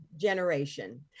generation